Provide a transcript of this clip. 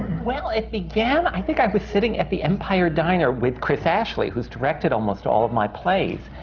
well, it began i think i was sitting at the empire diner with chris ashley, who's directed almost all of my plays.